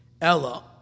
Ella